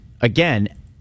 again